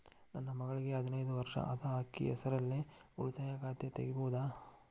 ನನ್ನ ಮಗಳಿಗೆ ಹದಿನೈದು ವರ್ಷ ಅದ ಅಕ್ಕಿ ಹೆಸರಲ್ಲೇ ಉಳಿತಾಯ ಖಾತೆ ತೆಗೆಯಬಹುದಾ?